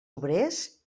obrers